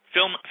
Film